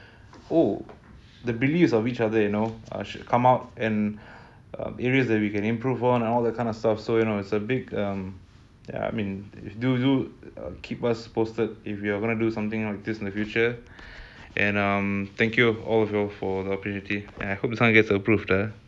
the beliefs of each other you know ah come out and um areas that we can improve on and all that kind of stuff so you know it's a big thanks um ya I mean do uh keep us posted if you're gonna do something like this in the future and mmhmm thank you also for the opportunity and I hope this one gets approved